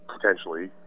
potentially